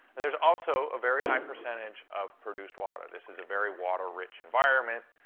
and there's also a very high percentage of produced water this is a very water-rich environment.